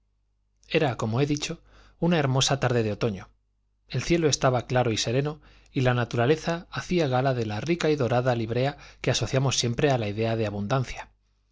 era como he dicho una hermosa tarde de otoño el cielo estaba claro y sereno y la naturaleza hacía gala de la rica y dorada librea que asociamos siempre a la idea de abundancia